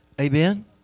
Amen